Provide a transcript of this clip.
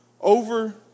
over